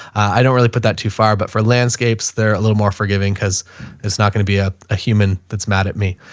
i don't really put that too far, but for landscapes they're a little more forgiving because it's not going to be ah a human that's mad at me.